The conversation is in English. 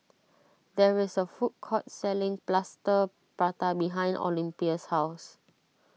there is a food court selling Plaster Prata behind Olympia's house